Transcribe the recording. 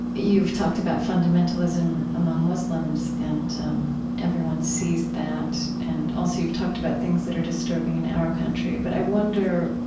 you've talked about fundamentalism among muslims, and everyone sees that. and also, you've talked about things that are disturbing in our country. but i wonder,